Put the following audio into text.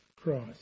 Christ